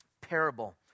parable